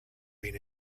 been